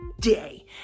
day